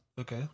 Okay